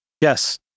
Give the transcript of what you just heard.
Yes